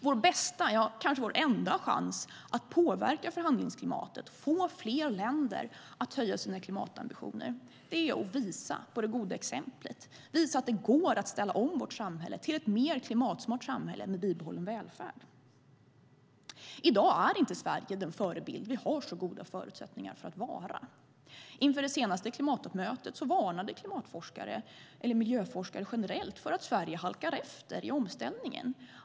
Vår bästa - ja, kanske vår enda - chans att påverka förhandlingsklimatet och få fler länder att höja sina klimatambitioner är att visa på det goda exemplet. Vi ska visa att det går att ställa om vårt samhälle till ett mer klimatsmart samhälle med bibehållen välfärd. I dag är inte Sverige den förebild vi har så goda förutsättningar för att vara. Inför det senaste klimattoppmötet varnade klimatforskare och miljöforskare generellt för att Sverige halkar efter i omställningen.